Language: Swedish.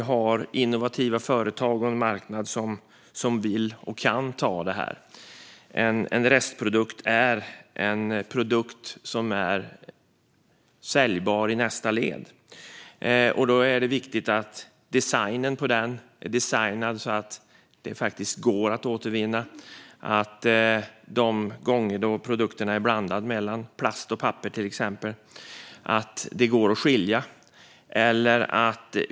Vi har innovativa företag och en marknad som vill och kan ta detta ansvar. En restprodukt är en produkt som är säljbar i nästa led. Det är viktigt att den är designad så att den faktiskt går att återvinna. I en produkt där plast och papper blandas, till exempel, måste materialen gå att skilja.